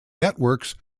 networks